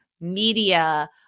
media